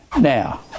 Now